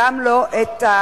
גם לא את,